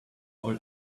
all